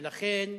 ולכן,